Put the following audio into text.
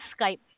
Skype